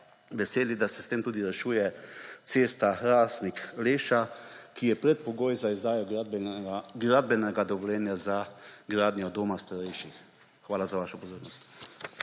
veseli, da se s tem tudi rešuje cesta Hrastnik–Leša, ki je predpogoj za izdajo gradbenega dovoljenja za gradnjo doma starejših. Hvala za vašo pozornost.